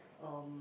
um